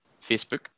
Facebook